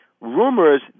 rumors